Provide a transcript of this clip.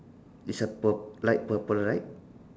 it's a purple light purple right